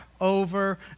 over